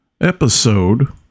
episode